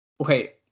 Okay